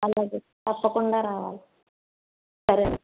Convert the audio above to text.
అలాగే తప్పకుండా రావాలి సరే